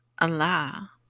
Allah